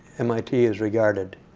mit is regarded